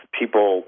people